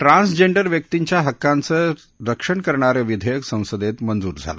transgender व्यक्तींच्या हक्कांचं रक्षण करणारं विधेयक संसदेत मंजूर झालं